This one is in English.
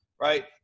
right